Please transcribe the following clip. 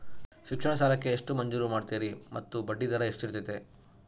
ಶಿಕ್ಷಣ ಸಾಲಕ್ಕೆ ಎಷ್ಟು ಮಂಜೂರು ಮಾಡ್ತೇರಿ ಮತ್ತು ಬಡ್ಡಿದರ ಎಷ್ಟಿರ್ತೈತೆ?